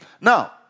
Now